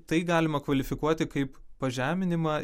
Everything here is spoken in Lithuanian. tai galima kvalifikuoti kaip pažeminimą